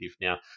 Now